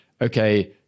okay